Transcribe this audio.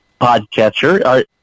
podcatcher